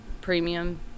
premium